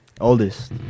Oldest